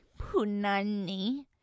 Punani